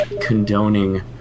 condoning